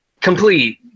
complete